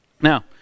Now